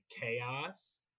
chaos